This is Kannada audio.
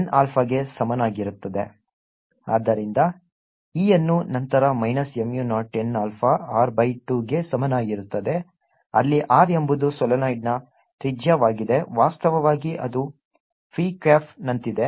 dBdt0nα ಆದ್ದರಿಂದ E ಅನ್ನು ನಂತರ minus mu naught n alpha R by 2 ಗೆ ಸಮನಾಗಿರುತ್ತದೆ ಅಲ್ಲಿ R ಎಂಬುದು ಸೊಲೆನಾಯ್ಡ್ನ ತ್ರಿಜ್ಯವಾಗಿದೆ ವಾಸ್ತವವಾಗಿ ಅದು ಫಿ ಕ್ಯಾಪ್ನಂತಿದೆ